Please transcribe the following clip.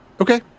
Okay